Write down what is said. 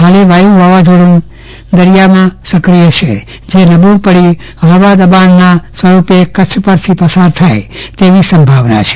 હાલે વાયુ વાવાઝોડુ દરિયામાં શક્રિય છે તે નબળુ પડી હળવા દબાણ સ્વરૂપે કચ્છ પરથી પ્રસાર થાય તેવી સંભાવના છે